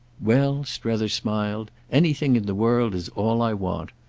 well, strether smiled, anything in the world is all i want.